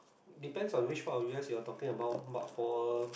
depends on which part of u_s you are talking about but for a